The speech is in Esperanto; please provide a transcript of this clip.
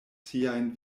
siajn